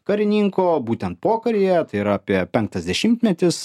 karininko būtent pokaryje tai yra apie penktas dešimtmetis